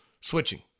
switching